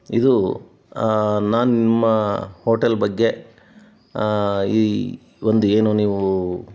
ಇದು ನಾನು ನಿಮ್ಮ ಹೋಟೆಲ್ ಬಗ್ಗೆ ಈ ಒಂದು ಏನು ನೀವು